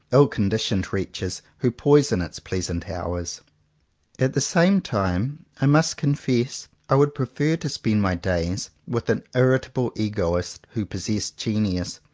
ill-conditioned wretches who poison its pleasant hours. at the same time i must confess i would prefer to spend my days with an irritable egoist who possessed genius,